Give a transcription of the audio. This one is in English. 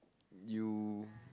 you